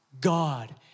God